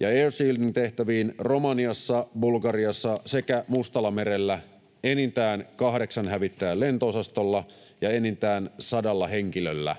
air shielding ‑tehtäviin Romaniassa, Bulgariassa sekä Mustallamerellä enintään kahdeksan hävittäjän lento-osastolla ja enintään sadalla henkilöllä